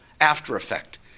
after-effect